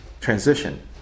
transition